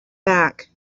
back